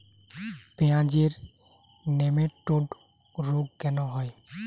পেঁয়াজের নেমাটোড রোগ কেন হয়?